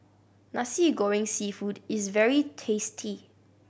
Nasi Goreng Seafood is very tasty